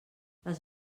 les